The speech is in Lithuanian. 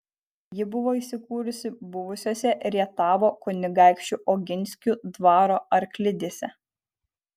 ji buvo įsikūrusi buvusiose rietavo kunigaikščių oginskių dvaro arklidėse